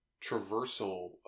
traversal